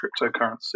cryptocurrency